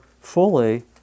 fully